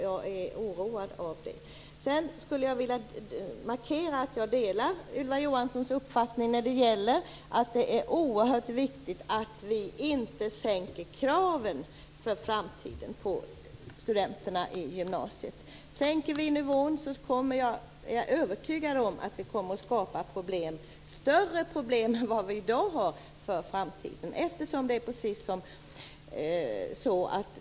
Jag är oroad för det. Jag skulle vilja markera att jag delar Ylva Johanssons uppfattning när det gäller att det är oerhört viktigt att vi inte sänker kraven på studenterna i gymnasiet för framtiden. Om vi sänker nivån är jag övertygad om att vi kommer att skapa större problem för framtiden än vad vi har i dag.